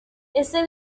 ese